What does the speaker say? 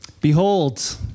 behold